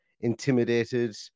intimidated